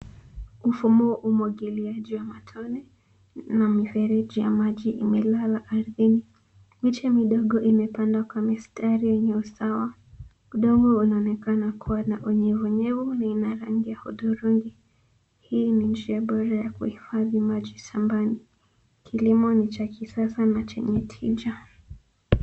Mfumo umwagiliaji wa matone na mifereji ya maji imelala ardhini. Miche midogo imepandwa kwa mistari yenye usawa. Udongo unaonekana kuwa na unyevunyevu na ina rangi ya hudhurungi. Hii ni jia bora ya kuhifadhi maji shambani. Kilimo ni cha kisasa na chenye tinja.